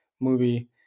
Movie